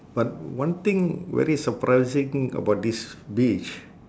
but one thing very surprising about this beach